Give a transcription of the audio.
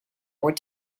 were